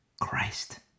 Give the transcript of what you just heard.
Christ